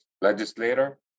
legislator